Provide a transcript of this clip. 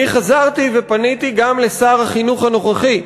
אני חזרתי ופניתי גם לשר החינוך הנוכחי,